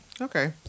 Okay